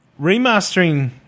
Remastering